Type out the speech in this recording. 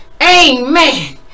amen